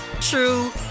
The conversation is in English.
true